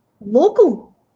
local